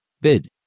BID